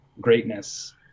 greatness